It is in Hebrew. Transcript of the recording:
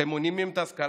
אתם מונעים מהם את ההשכלה.